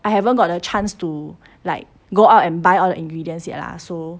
I haven't got the chance to like go out and buy all the ingredients yet lah so